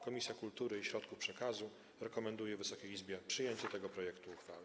Komisja Kultury i Środków Przekazu rekomenduje Wysokiej Izbie przyjęcie tego projektu uchwały.